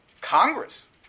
Congress